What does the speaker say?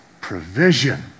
provision